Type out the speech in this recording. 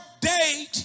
date